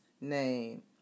name